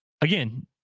again